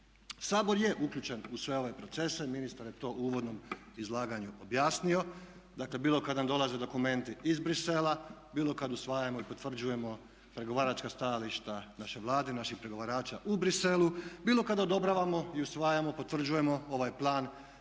Sabor je uključen u sve ove procese, ministar je to u uvodnom izlaganju objasnio. Dakle, bilo kad nam dolaze dokumenti iz Bruxellesa, bilo kad usvajamo i potvrđujemo pregovaračka stajališta naše Vlade, naših pregovarača u Bruxellesu, bilo kad odobravamo i usvajamo, potvrđujemo ovaj Plan usklađivanja